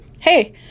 hey